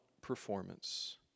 performance